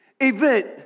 event